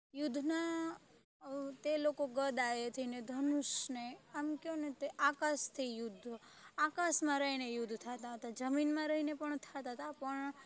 યુદ્ધના તે લોકો ગદાએથી ને ધનુષને આમ કહો ને તે આકાશથી યુદ્ધ આકાશમાં રહીને યુદ્ધ થતા હતા જમીનમાં રહીને પણ થતા હતા પણ